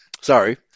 sorry